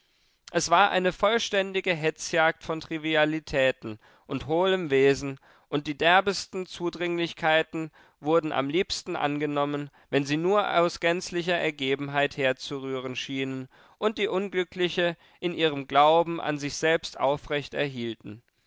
es war eine vollständige hetzjagd von trivialitäten und hohlem wesen und die derbsten zudringlichkeiten wurden am liebsten angenommen wenn sie nur aus gänzlicher ergebenheit herzurühren schienen und die unglückliche in ihrem glauben an sich selbst aufrecht erhielten